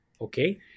okay